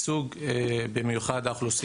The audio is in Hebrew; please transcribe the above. חשוב לדייק את הנתונים, כי אם משרד ממשלתי מוציא